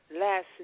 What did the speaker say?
Last